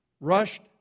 rushed